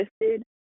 listed